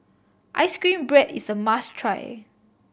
ice cream bread is a must try